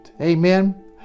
Amen